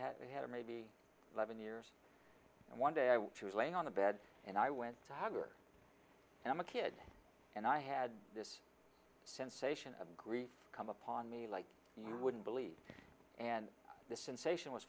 had maybe eleven years and one day i was laying on the bed and i went to her and i'm a kid and i had this sensation of grief come upon me like you wouldn't believe and this insatiate was